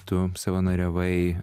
tu savanoriavai